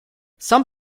some